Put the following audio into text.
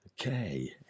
okay